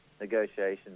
negotiations